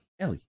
Ellie